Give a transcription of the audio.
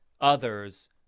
others